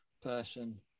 person